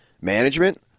Management